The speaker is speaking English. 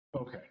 Okay